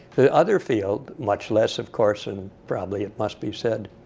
the other field much less, of course, and probably, it must be said,